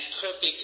perfect